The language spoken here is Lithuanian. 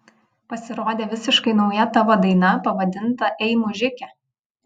pasirodė visiškai nauja tavo daina pavadinta ei mužike